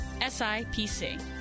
SIPC